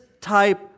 type